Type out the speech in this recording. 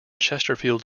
chesterfield